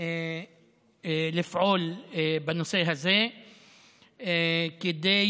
לפעול בנושא הזה כדי